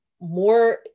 More